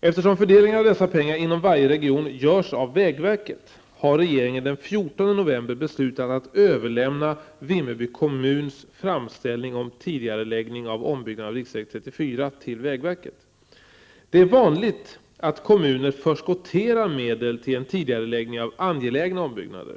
Eftersom fördelningen av dessa pengar inom varje region görs av vägverket, har regeringen den 14 november beslutat att överlämna Vimmerby kommuns framställning om tidigareläggning av ombyggnad av riksväg 34 till vägverket. Det är vanligt att kommuner förskotterar medel till en tidigareläggning av angelägna ombyggnader.